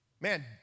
Man